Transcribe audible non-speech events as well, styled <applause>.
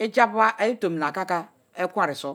<unintelligible> i̱ tomina akaka ekwenriso.